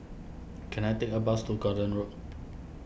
can I take a bus to Gordon Road